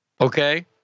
okay